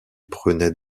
prenait